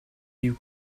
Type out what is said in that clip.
you